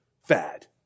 fad